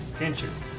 inches